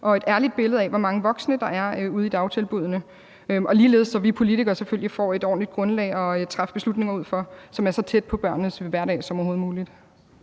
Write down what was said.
og et ærligt billede af, hvor mange voksne der er ude i dagtilbuddene, og ligeledes så vi politikere selvfølgelig får et ordentligt grundlag at træffe beslutninger ud fra, som er så tæt på børnenes hverdag som overhovedet muligt?